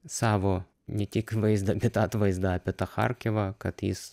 savo ne tik vaizdą bet atvaizdą apie tą charkivą kad jis